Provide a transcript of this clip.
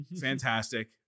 fantastic